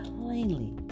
plainly